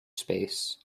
space